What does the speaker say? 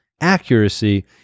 accuracy